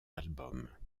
albums